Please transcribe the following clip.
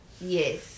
Yes